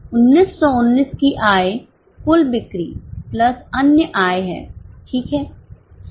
1919 की आय कुल बिक्री प्लस अन्य आय है ठीक है